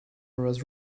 was